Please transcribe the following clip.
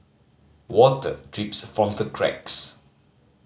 water drips from the cracks